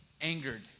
angered